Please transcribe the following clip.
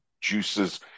juices